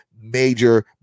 major